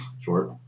short